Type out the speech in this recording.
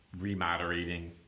remoderating